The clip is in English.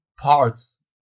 parts